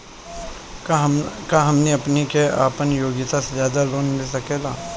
का हमनी के आपन योग्यता से ज्यादा लोन मिल सकेला?